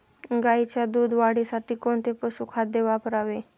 गाईच्या दूध वाढीसाठी कोणते पशुखाद्य वापरावे?